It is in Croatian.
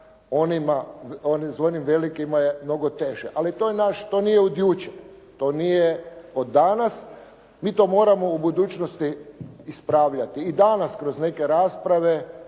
onim velikima je mnogo teže, ali to je naš, to nije od jučer, to nije od danas, mi to moramo u budućnosti raspravljati i danas kroz neke rasprave,